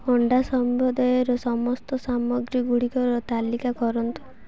ଅଣ୍ଡା ସମ୍ବନ୍ଧୀୟର ସମସ୍ତ ସାମଗ୍ରୀଗୁଡ଼ିକର ତାଲିକା କରନ୍ତୁ